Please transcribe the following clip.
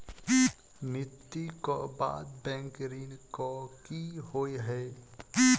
मृत्यु कऽ बाद बैंक ऋण कऽ की होइ है?